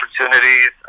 opportunities